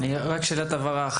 שאלת הבהרה.